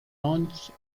launched